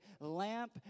lamp